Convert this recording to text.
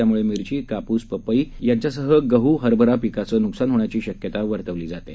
यामुळे मिरची कापूस पपई यांच्यासह गहू हरभरा पिकांचं नुकसान होण्याची शक्यता वर्तवली जात आहे